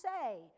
say